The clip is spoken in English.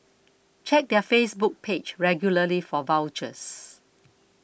check their Facebook page regularly for vouchers